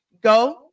Go